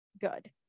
good